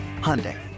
Hyundai